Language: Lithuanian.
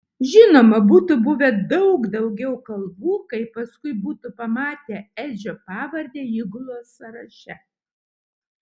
žinoma būtų buvę daug daugiau kalbų kai paskui būtų pamatę edžio pavardę įgulos sąraše